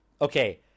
Okay